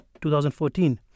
2014